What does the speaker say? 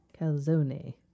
Calzone